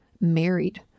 married